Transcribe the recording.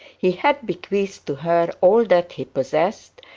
he had bequeathed to her all that he possessed,